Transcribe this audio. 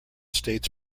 states